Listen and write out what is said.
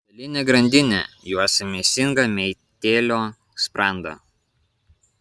metalinė grandinė juosia mėsingą meitėlio sprandą